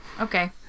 Okay